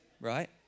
right